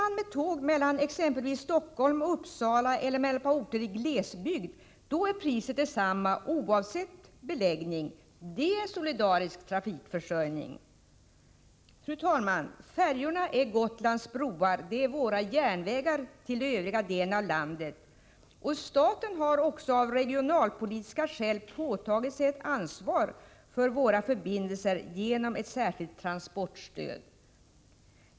mellan ett par orter i glesbygd är priset detsamma oavsett beläggning. Det är solidarisk trafikförsörjning. Fru talman! Färjorna är Gotlands broar. De är våra järnvägar till övriga delar av landet. Staten har av regionalpolitiska skäl påtagit sig ett ansvar för våra förbindelser genom ett särskilt transportstöd.